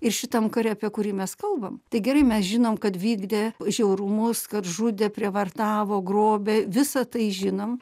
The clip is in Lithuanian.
ir šitam kare apie kurį mes kalbam tai gerai mes žinom kad vykdė žiaurumus kad žudė prievartavo grobė visą tai žinom